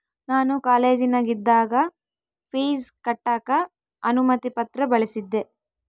ನಾನು ಕಾಲೇಜಿನಗಿದ್ದಾಗ ಪೀಜ್ ಕಟ್ಟಕ ಅನುಮತಿ ಪತ್ರ ಬಳಿಸಿದ್ದೆ